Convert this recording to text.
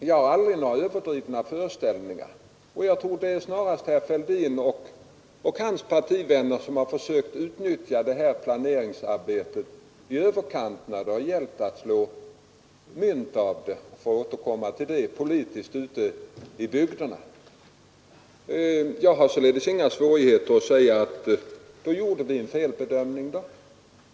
Jag har inte några överdrivna föreställningar om planeringen, utan jag tror att det snarast är herr Fälldin och hans partivänner som försökt utnyttja det här planeringsarbetet i överkant och slagit mynt av det — för att återkomma till det uttrycket — politiskt ute i bygderna.